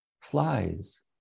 flies